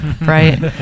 Right